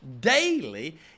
daily